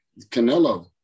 Canelo